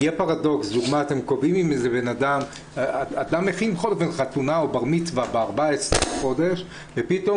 למשל אדם תכנן חתונה או בר מצווה ב-14 ביוני ופתאום